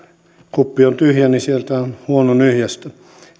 kuppi on tyhjä niin sieltä on huono nyhjäistä